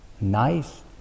nice